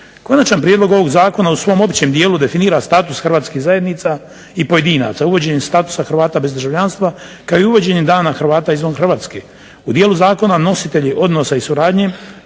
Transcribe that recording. Konačan prijedlog ovog zakona u svom općem dijelu definira status hrvatskih zajednica i pojedinaca uvođenjem statusa Hrvata bez državljanstva kao i uvođenjem Dana Hrvata izvan Hrvatske. U dijelu zakona nositelji odnosa i suradnje